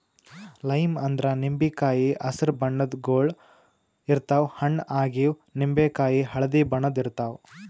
lime ಅಂದ್ರ ನಿಂಬಿಕಾಯಿ ಹಸ್ರ್ ಬಣ್ಣದ್ ಗೊಳ್ ಇರ್ತವ್ ಹಣ್ಣ್ ಆಗಿವ್ ನಿಂಬಿಕಾಯಿ ಹಳ್ದಿ ಬಣ್ಣದ್ ಇರ್ತವ್